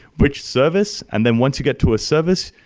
which service? and then once you get to a service,